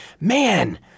man